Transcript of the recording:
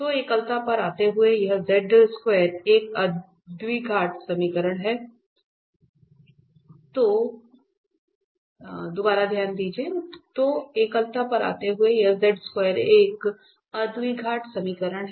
तो एकलता पर आते हुए यह एक द्विघात समीकरण है